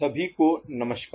सभी को नमस्कार